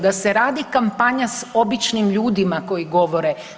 Da se radi kampanja sa običnim ljudima koji govore.